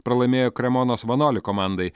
pralaimėjo kremonos vanoli komandai